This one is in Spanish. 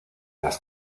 las